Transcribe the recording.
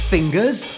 Fingers